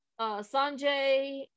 Sanjay